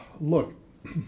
Look